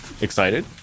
excited